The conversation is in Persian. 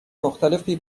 مختلفی